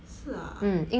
是啊